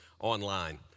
online